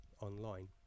online